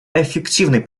эффективный